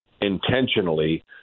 intentionally